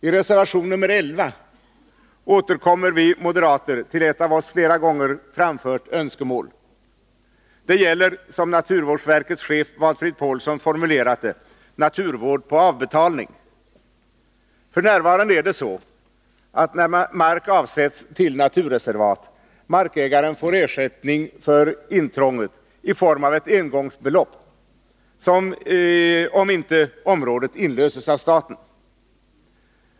I reservation nr 11 återkommer vi moderater till ett av oss flera gånger framfört önskemål. Det gäller — som naturvårdsverkets chef Valfrid Paulsson har formulerat det — naturvård på avbetalning. När mark avsätts till naturreservat, får markägaren f. n. ersättning för intrånget i form av ett engångsbelopp, om inte området inlöses av staten.